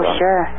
sure